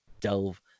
delve